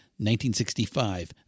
1965